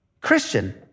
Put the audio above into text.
Christian